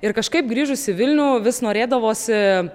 ir kažkaip grįžus į vilnių vis norėdavosi